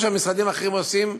מה שהמשרדים האחרים עושים,